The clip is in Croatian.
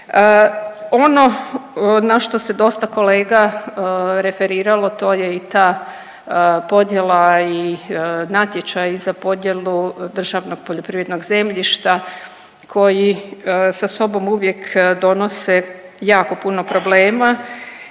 Ono na što se dosta kolega referiralo to je i ta podjela i natječaji za podjelu državnog poljoprivrednog zemljišta koji sa sobom uvijek donose jako puno problema